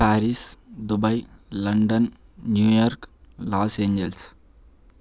Paris Dubai London New York Los Angeles